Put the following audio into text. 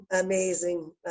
amazing